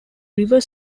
river